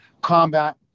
combat